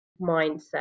mindset